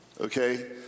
okay